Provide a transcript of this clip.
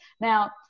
now